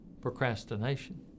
procrastination